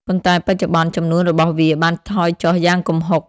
ប៉ុន្តែបច្ចុប្បន្ន ចំនួនរបស់វាបានថយចុះយ៉ាងគំហុក។